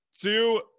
two